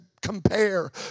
compare